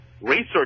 research